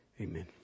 Amen